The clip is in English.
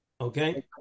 Okay